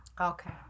Okay